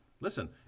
Listen